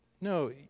No